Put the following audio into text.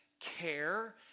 care